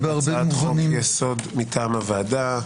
הצעת חוק יסוד מטעם הוועדה,